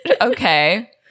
okay